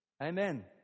Amen